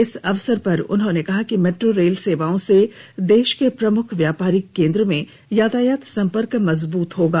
इस अवसर पर उन्होंने कहा कि मैट्रो रेल सेवाओं से देश के प्रमुख व्यापारिक केन्द्र में यातायात सम्पर्क मजबूत होगा